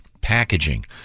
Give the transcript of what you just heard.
packaging